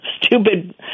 stupid